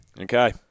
Okay